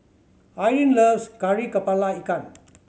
Irvin loves Kari Kepala Ikan